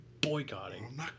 boycotting